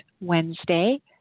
Wednesday